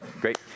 great